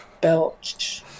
Belch